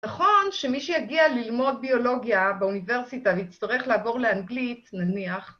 נכון שמי שיגיע ללמוד ביולוגיה באוניברסיטה ויצטרך לעבור לאנגלית, נניח,